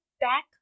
back